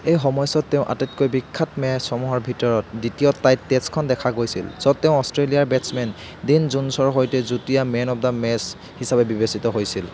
এই সময়ছোৱাত তেওঁৰ আটাইতকৈ বিখ্যাত মেচসমূহৰ ভিতৰত দ্বিতীয় টাইড টেষ্টখন দেখা গৈছিল য'ত তেওঁ অষ্ট্ৰেলিয়াৰ বেটছমেন ডিন জোনছৰ সৈতে যুটীয়া মেন অৱ দ্য মেচ হিচাপে বিবেচিত হৈছিল